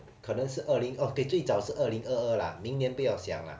可能是二零 okay 最早是二零二二啦明年不要想啦